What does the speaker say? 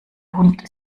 hund